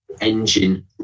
engine